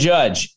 Judge